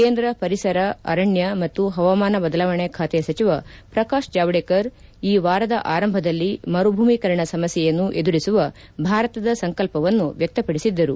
ಕೇಂದ್ರ ಪರಿಸರ ಅರಣ್ಯ ಮತ್ತು ಹವಾಮಾನ ಬದಲಾವಣೆ ಖಾತೆ ಸಚಿವ ಪ್ರಕಾಶ್ ಜಾವಡೇಕರ್ ಈ ವಾರದ ಆರಂಭದಲ್ಲಿ ಮರುಭೂಮೀಕರಣ ಸಮಸ್ಯೆಯನ್ನು ಎದುರಿಸುವ ಭಾರತದ ಸಂಕಲ್ಸವನ್ನು ವ್ಯಕ್ತಪಡಿಸಿದ್ದರು